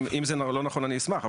אם זה לא נכון, אני אשמח.